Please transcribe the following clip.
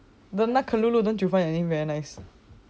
the name lulu don't you find the name very nice